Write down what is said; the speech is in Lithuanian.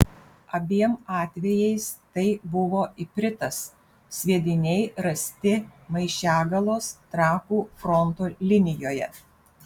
abiem atvejais tai buvo ipritas sviediniai rasti maišiagalos trakų fronto linijoje